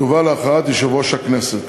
תובא להכרעת יושב-ראש הכנסת.